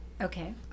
Okay